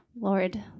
Lord